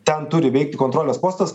ten turi veikti kontrolės postas